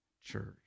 church